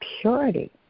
purity